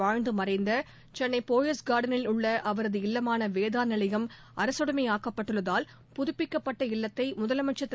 வாழ்ந்துமறைந்தசென்னைபோயஸ் கார்டனில் உள்ளஅவரது மறைந்தமுதலமைச்சர் இல்லமானவேதாநிலையம் அரசுடைமையாக்கப்பட்டுள்ளதால் புதுப்பிக்கப்பட்ட இல்லத்தைமுதலமைச்சர் திரு